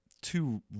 two